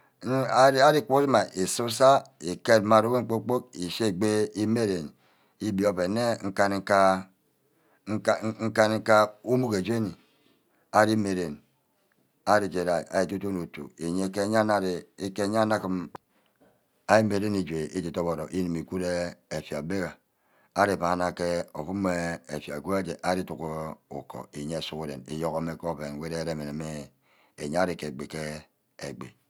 Arikuna usu-sa. îket mme aru-wor kpor-kpork eshi egbi ime-ren. egbi oven nne nkanika. nkanika emugo-jeni arí mey ren. ari ije ría. arí edun-duno otu iye ke ayenna arí. ke ayenna aǵim. ari vana ke ouum mme ke effia gwor j́e. ari íduck ukoh iye sughuren. iyourgorme ke oven ire-rem iya arí ke egbi ke egbi